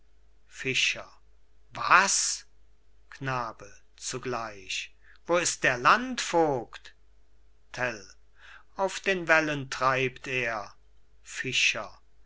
fischer was knabe zugleich wo ist der landvogt tell auf den wellen treibt er fischer